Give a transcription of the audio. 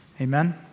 Amen